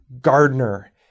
Gardener